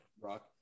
rock